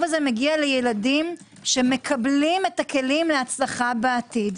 הזה מגיע לילדים שמקבלים את הכלים להצלחה בעתיד?